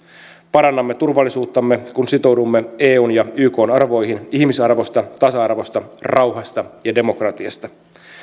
parannamme turvallisuuttamme kun sitoudumme eun ja ykn arvoihin ihmisarvosta tasa arvosta rauhasta ja demokratiasta